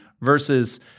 Versus